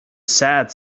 sad